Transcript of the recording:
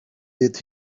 did